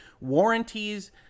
warranties